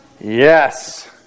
Yes